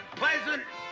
pleasant